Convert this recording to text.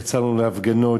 יצאנו להפגנות,